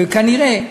וכנראה,